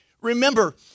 Remember